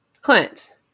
Clint